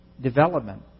development